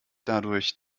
dadurch